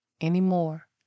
anymore